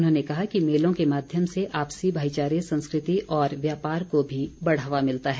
उन्होंने कहा कि मेलों के माध्यम से आपसी भाईचारे संस्कृति और व्यापार को भी बढ़ावा मिलता है